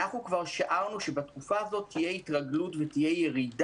אנחנו שיערנו שבתקופה הזאת תהיה ירידה